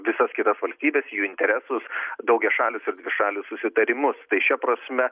visas kitas valstybes jų interesus daugiašalius ir dvišalius susitarimus tai šia prasme